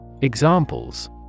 Examples